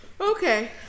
Okay